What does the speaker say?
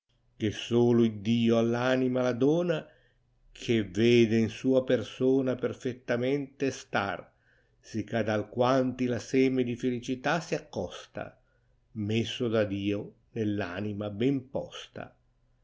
che solo iddio air anima la dona che vede in sua persona perfettamente star sicch ad alquanti lo seme di felicità si accosta messo da dio new anima ben posta